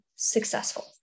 successful